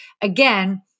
again